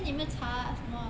then 你有没有搽什么